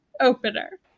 opener